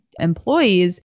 employees